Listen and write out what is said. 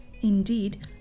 Indeed